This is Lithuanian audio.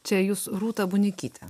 čia jūs rūtą bunikytę